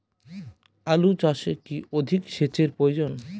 আলু চাষে কি অধিক সেচের প্রয়োজন?